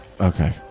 Okay